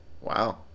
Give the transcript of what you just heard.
Wow